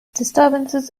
disturbances